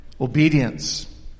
obedience